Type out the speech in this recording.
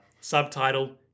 Subtitle